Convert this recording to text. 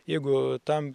jeigu tam